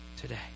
today